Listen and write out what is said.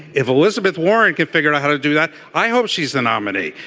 if elizabeth warren can figure out how to do that i hope she's the nominee.